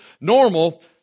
Normal